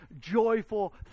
joyful